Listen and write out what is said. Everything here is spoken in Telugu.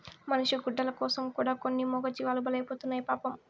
మనిషి గుడ్డల కోసం కూడా కొన్ని మూగజీవాలు బలైతున్నాయి పాపం